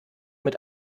mit